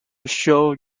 show